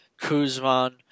Kuzman